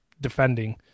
defending